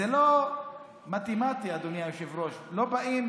זה לא מתמטי, אדוני היושב-ראש, לא באים